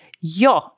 Ja